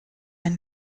ein